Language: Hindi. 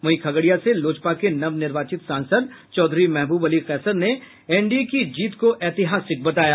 वहीं खगड़िया से लोजपा के नवनिर्वाचित सांसद चौधरी महबूब अली कैसर ने एनडीए की जीत को ऐतिहासिक बताया